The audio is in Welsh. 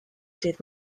dydd